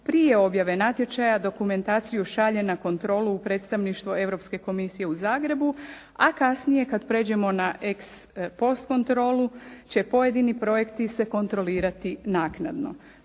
prije objave natječaja dokumentaciju šalje na kontrolu u predstavništvo Europske komisije u Zagrebu a kasnije kada pređemo na ex kontrolu će pojedini projekti se kontrolirati naknadno.